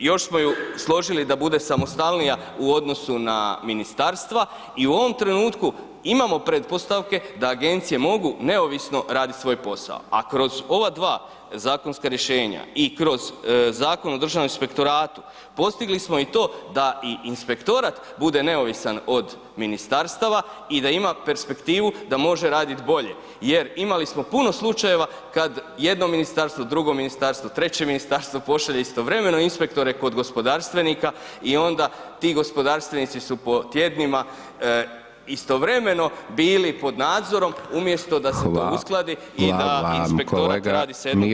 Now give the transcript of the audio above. Još smo ju složili da bude samostalnija u odnosu na ministarstva i u ovom trenutku imamo pretpostavke da agencije mogu neovisno raditi svoj posao, a kroz ova dva zakonska rješenja i kroz Zakon o Državnom inspektoratu, postigli smo i to da i inspektorat bude neovisan od ministarstava i da ima perspektivu da može raditi bolje jer imali smo puno slučajeva kad jedno ministarstvo, drugo ministarstvo, treće ministarstvo pošalje istovremeno inspektore kod gospodarstvenika i onda ti gospodarstvenici su po tjednima istovremeno bili pod nadzorom umjesto da se to uskladi [[Upadica: Hvala vam.]] i da inspektorat radi s jednog [[Upadica: Kolega Miro, hvala vam.]] mjesta bez preklapanja.